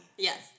Yes